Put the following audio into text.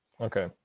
Okay